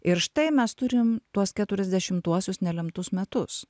ir štai mes turim tuos keturiasdešimtuosius nelemtus metus